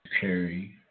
Carry